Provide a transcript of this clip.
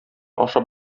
ашап